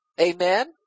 amen